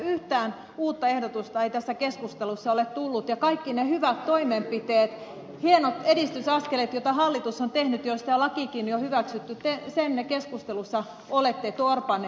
yhtään uutta ehdotusta ei tässä keskustelussa ole tullut ja kaikki ne hyvät toimenpiteet hienot edistysaskeleet joita hallitus on tehnyt joista jo lakikin on hyväksytty te keskustelussa olette torpanneet